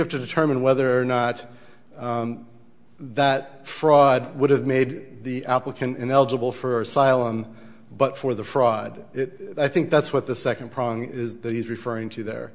have to determine whether or not that fraud would have made the applicant ineligible for asylum but for the fraud i think that's what the second prong is that he's referring to there